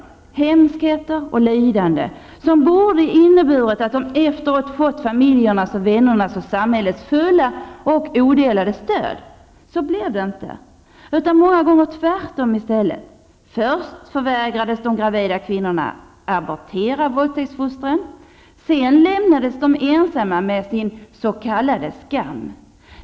De hemskheter och lidanden som de utsatts för borde ha inneburit att de efteråt fått familjernas, vännernas och samhällets fulla och odelade stöd. Så blev det inte utan många gånger tvärtom i stället. Först förvägrades de gravida kvinnorna abortera våldtäktsfostren. Sedan lämnades de ensamma med sin s.k. skam.